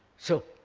so